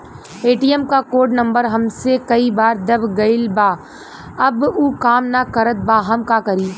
ATM क code number हमसे कई बार दब गईल बा अब उ काम ना करत बा हम का करी?